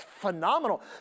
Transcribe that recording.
phenomenal